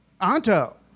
Anto